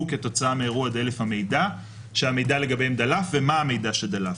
כתוצאה מאירוע דלף המידע כשהמידע לגביהם דלף ומה המידע שדלף.